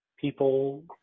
people